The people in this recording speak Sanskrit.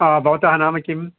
भवतः नाम किं